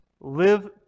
live